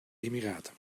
emiraten